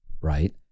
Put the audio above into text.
right